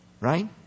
right